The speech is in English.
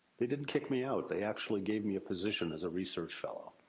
they didn't kick me out. they actually gave me a position as a research fellow.